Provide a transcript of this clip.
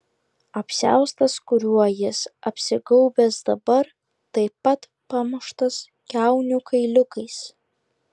apsiaustas kuriuo jis apsigaubęs dabar taip pat pamuštas kiaunių kailiukais